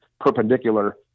perpendicular